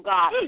God